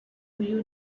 you